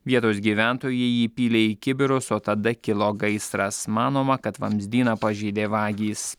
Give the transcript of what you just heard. vietos gyventojai jį pylė į kibirus o tada kilo gaisras manoma kad vamzdyną pažeidė vagys